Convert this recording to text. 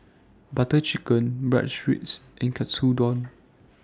Butter Chicken Bratwurst and Katsudon